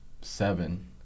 seven